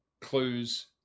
clues